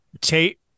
Tate